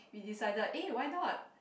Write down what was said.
we decided eh why not